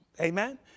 Amen